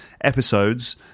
episodes